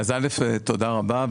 תודה רבה.